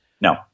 No